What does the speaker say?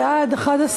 בעד,